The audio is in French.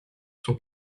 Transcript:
son